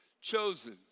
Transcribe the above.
chosen